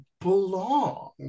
belong